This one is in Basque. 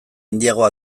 handiagoa